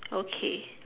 okay